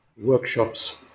workshops